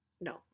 No